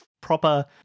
proper